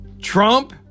Trump